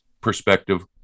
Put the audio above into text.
perspective